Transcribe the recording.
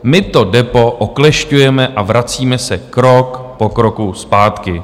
My to DEPO oklešťujeme a vracíme se krok po kroku zpátky.